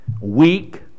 weak